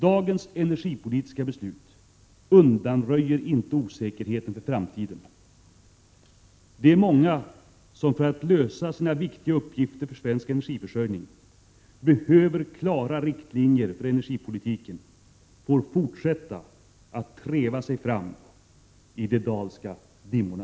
Dagens energipolitiska beslut undanröjer inte osäkerheten om framtiden. Det är många som för att lösa sina viktiga uppgifter för svensk energiförsörjning hade behövt klara riktlinjer för energipolitiken. De får emellertid fortsätta att treva sig fram i de Dahlska dimmorna.